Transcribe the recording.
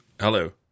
Hello